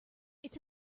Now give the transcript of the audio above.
it’s